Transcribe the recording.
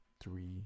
three